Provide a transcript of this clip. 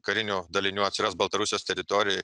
karinių dalinių atsiras baltarusijos teritorijoj